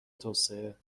توسعه